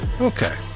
okay